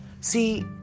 See